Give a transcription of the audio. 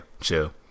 chill